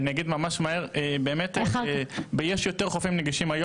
רק בשנה האחרונה בעקבות תביעה שהגיש חבר שלי הנגישו את החופים.